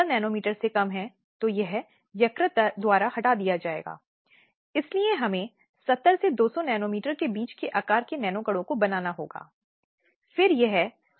क्योंकि भारतीय समाज में उन प्रथाओं और परंपराओं का ढेर मौजूद है जो महिलाओं के लिए लक्षित हैं और जहां महिलाएं इस तरह की लिंग हिंसा का शिकार बनती हैं